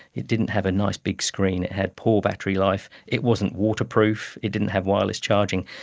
it didn't have a nice, big screen. it had poor battery life. it wasn't waterproof. it didn't have wireless charging.